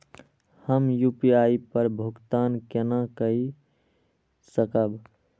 हम यू.पी.आई पर भुगतान केना कई सकब?